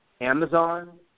Amazon